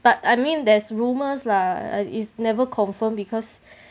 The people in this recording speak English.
but I mean there's rumours lah ah is never confirmed because